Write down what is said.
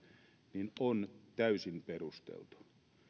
on täysin perusteltu